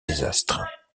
désastre